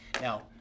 Now